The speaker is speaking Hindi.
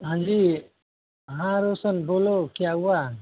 हाँ जी हाँ रौशन बोलो क्या हुआ